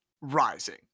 rising